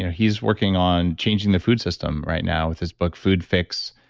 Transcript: he's working on changing the food system right now with his book food fix.